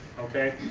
okay?